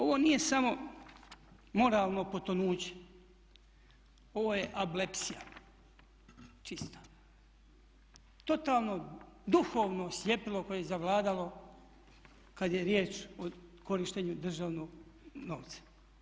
Ovo nije samo moralno potonuće, ovo je ablepsija čista, totalno duhovno sljepilo koje je zavladalo kad je riječ o korištenju državnog novca.